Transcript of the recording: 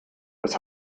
was